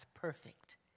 perfect